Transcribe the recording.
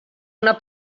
una